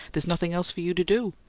there's nothing else for you to do.